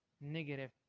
negative